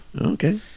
Okay